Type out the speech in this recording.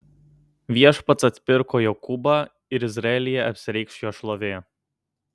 viešpats atpirko jokūbą ir izraelyje apsireikš jo šlovė